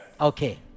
Okay